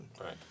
Right